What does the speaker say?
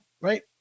right